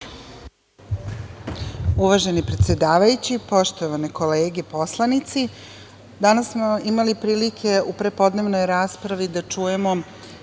Poštovani predsedavajući, poštovane kolege poslanici, danas smo imali prilike u prepodnevnoj raspravi da čujemo